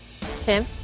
Tim